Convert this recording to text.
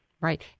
Right